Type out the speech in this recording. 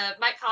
Mike